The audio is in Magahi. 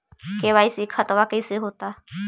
के.वाई.सी खतबा कैसे होता?